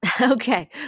Okay